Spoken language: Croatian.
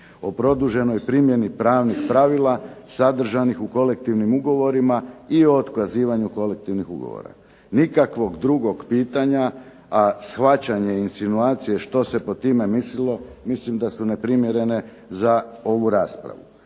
o produženoj primjeni pravnih pravila sadržanih u kolektivnim ugovorima i otkazivanju kolektivnih ugovora? Nikakvog drugog pitanja, a shvaćanje insinuacije što se pod time mislilo, mislim da su neprimjerene za ovu raspravu.